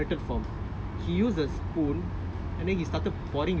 used like that and the vendor butter was like melted form